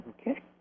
okay